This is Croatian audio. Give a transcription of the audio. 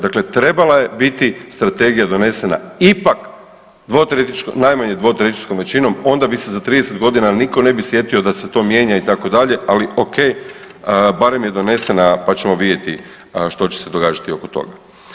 Dakle, trebala je biti strategija donesena ipak najmanje 2/3 većinom onda bi se za 30 godina nitko ne bi sjetio da se to mijenja itd., ali ok, barem je donesena pa ćemo vidjeti što će se događati oko toga.